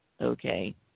Okay